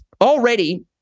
already